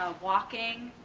ah walking,